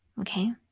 Okay